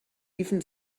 even